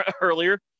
earlier